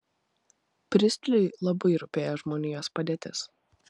pristliui labai rūpėjo žmonijos padėtis